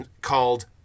called